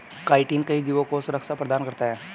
chitin कई जीवों को सुरक्षा प्रदान करता है